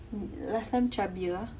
mm last time chubbier ah